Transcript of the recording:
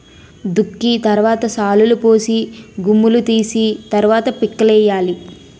దుక్కి తరవాత శాలులుపోసి గుమ్ములూ తీసి తరవాత పిక్కలేయ్యాలి